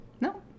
No